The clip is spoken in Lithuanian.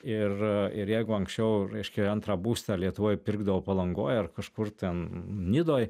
ir ir jeigu anksčiau reiškia antrą būstą lietuvoj pirkdavo palangoj ar kažkur ten nidoj